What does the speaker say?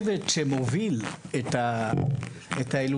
שהצוות שמוביל את ההילולה,